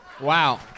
Wow